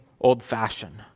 old-fashioned